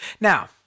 Now